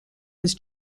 was